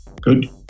Good